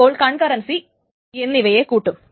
അപ്പോൾ കൺകറൻസി എന്നിവയെ കൂട്ടും